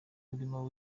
urimo